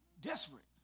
Desperate